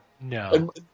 No